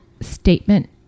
statement